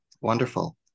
Wonderful